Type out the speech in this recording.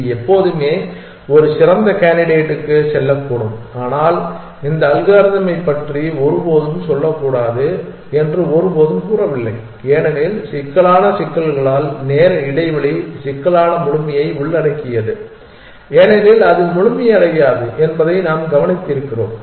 இது எப்போதுமே ஒரு சிறந்த கேண்டிடேட்டுக்கு செல்லக்கூடும் ஆனால் இந்த அல்காரிதமைப் பற்றி ஒருபோதும் சொல்லக்கூடாது என்று ஒருபோதும் கூறவில்லை ஏனெனில் சிக்கலான சிக்கல்களால் நேர இடைவெளி சிக்கலான முழுமையை உள்ளடக்கியது ஏனெனில் அது முழுமையடையாது என்பதை நாம் கவனித்திருக்கிறோம்